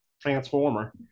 transformer